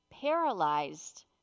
paralyzed